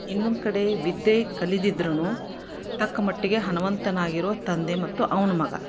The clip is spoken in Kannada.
ಇನ್ನೊಂದು ಕಡೆ ವಿದ್ಯೆ ಕಲಿದಿದ್ರೂ ತಕ್ಕ ಮಟ್ಟಿಗೆ ಹಣವಂತನಾಗಿರುವ ತಂದೆ ಮತ್ತು ಅವನ ಮಗ